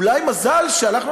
אולי מזל שאנחנו,